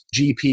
GP